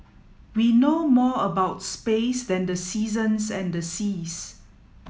we know more about space than the seasons and the seas